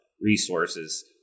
resources